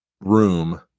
room